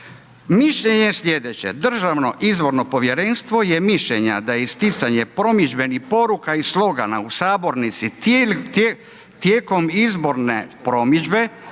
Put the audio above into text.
Mišljenje je slijedeće, DIP je mišljenja da je isticanje promidžbenih poruka i slogana u Sabornici tijekom izborne promidžbe